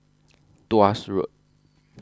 Tuas Road